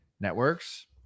networks